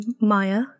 Maya